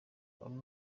bamwe